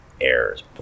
errors